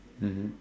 mmhmm